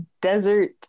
desert